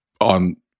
on